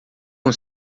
com